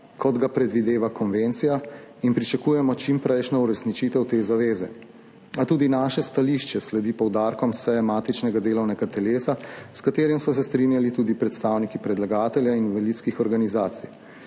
kot ga predvideva konvencija, in pričakujemo čimprejšnjo uresničitev te zaveze. A tudi naše stališče sledi poudarkom seje matičnega delovnega telesa, s katerimi so se strinjali tudi predstavniki predlagatelja invalidskih organizacij.